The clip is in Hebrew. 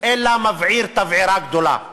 אלא מבעיר תבערה גדולה.